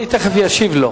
אדוני תיכף ישיב לו.